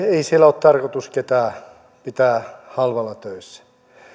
ei siellä ole tarkoitus ketään pitää halvalla töissä